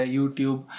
YouTube